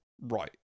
Right